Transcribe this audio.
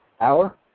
hour